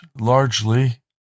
largely